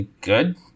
good